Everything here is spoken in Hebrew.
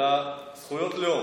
אלא זכויות לאום.